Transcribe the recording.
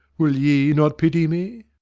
will ye not pity me?